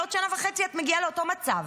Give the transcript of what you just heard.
עוד שנה וחצי את מגיעה לאותו מצב.